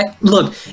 Look